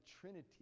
Trinity